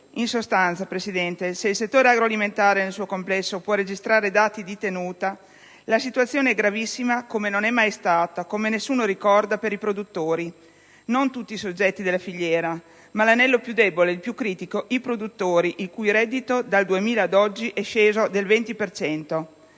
In sostanza, Presidente, se il settore agroalimentare nel suo complesso può registrare dati di tenuta, la situazione è gravissima come non è mai stata, come nessuno ricorda per i produttori: non tutti i soggetti della filiera, ma l'anello più debole, il più critico, i produttori, il cui reddito dal 2000 ad oggi è sceso del 20